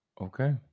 Okay